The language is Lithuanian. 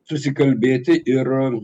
susikalbėti ir